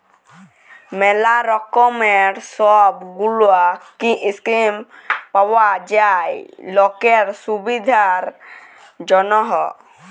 ম্যালা রকমের সব গুলা স্কিম পাওয়া যায় লকের সুবিধার জনহ